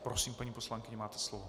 Prosím, paní poslankyně, máte slovo.